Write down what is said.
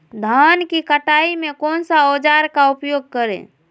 धान की कटाई में कौन सा औजार का उपयोग करे?